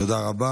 תודה רבה.